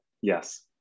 Yes